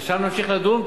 ושם נמשיך לדון,